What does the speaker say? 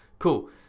Cool